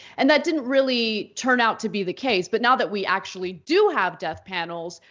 and that didn't really turn out to be the case, but now that we actually do have death panels,